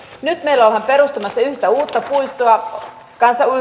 nyt meillä ollaan perustamassa yhtä uutta puistoa